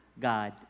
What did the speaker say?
God